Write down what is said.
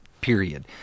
period